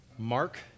Mark